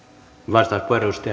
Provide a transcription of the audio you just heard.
arvoisa